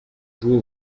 jouer